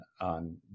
on